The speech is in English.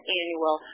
annual